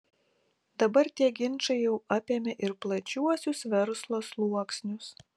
dabar tie ginčai jau apėmė ir plačiuosius verslo sluoksnius